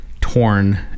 torn